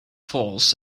falls